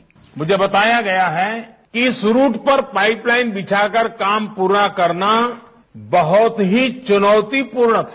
sound bite मुझे बताया गया है कि इस रूट पर पाईपलाइन बिछाकर काम पूरा करना बहुत ही चुनौतिपूर्ण था